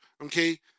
Okay